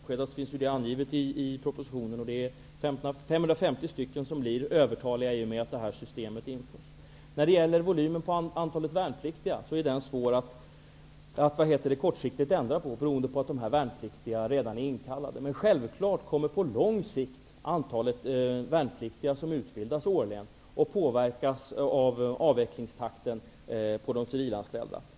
Herr talman! Volymen och antalet civilanställda anges ju i propositionen. Det är 550 personer som blir övertaliga i och med att detta system införs. När det gäller antalet värnpliktiga är detta svårt att kortsiktigt ändra, beroende på att de värnpliktiga redan är inkallade. Självfallet kommer antalet värnpliktiga som årligen utbildas på lång sikt att påverkas av avvecklingstakten för de civilanställda.